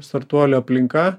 startuolių aplinka